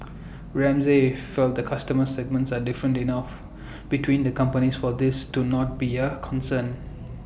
Ramsay feels the customer segments are different enough between the companies for this to not be A concern